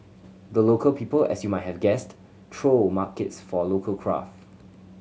the Local People as you might have guessed throw markets for local craft